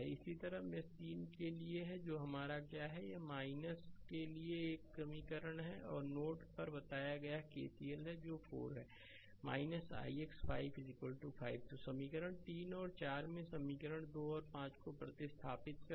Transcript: इसी तरह मेष 3 के लिए जो हमारा क्या है 5 यह के लिए एक और समीकरण है और नोड पर एक बताया गया केसीएल है जो 4 है ix 5 5 तो समीकरण 3 और 4 में समीकरण 2 और 5 को प्रतिस्थापित करें